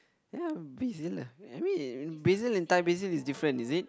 ya basil lah I mean basil and Thai Basil is different is it